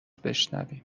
بشنویم